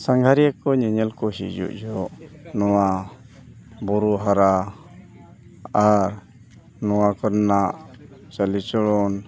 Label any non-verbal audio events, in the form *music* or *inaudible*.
ᱥᱟᱸᱜᱷᱟᱨᱤᱭᱟᱹ ᱠᱚ ᱧᱮᱧᱮᱞ ᱠᱚ ᱦᱤᱡᱩᱜ ᱡᱚᱠᱷᱚᱱ ᱱᱚᱣᱟ ᱵᱩᱨᱩ ᱦᱟᱨᱟ ᱟᱨ ᱱᱚᱣᱟ ᱠᱚᱨᱮᱱᱟᱜ *unintelligible*